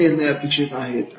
कसे निर्णय अपेक्षित आहेत